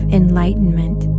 enlightenment